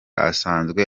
asanzwe